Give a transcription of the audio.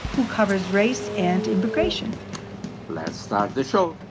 who covers race and immigration let's start the show